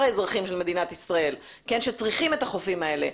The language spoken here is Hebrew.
האזרחים של מדינת ישראל שצריכים את החופים האלה?